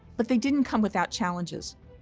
but they didn't come without challenges.